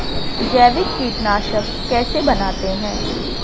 जैविक कीटनाशक कैसे बनाते हैं?